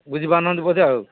ବୁଝିପାରୁନାହାନ୍ତି ବୋଧେ